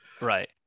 Right